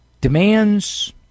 demands